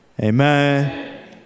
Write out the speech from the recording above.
amen